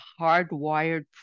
hardwired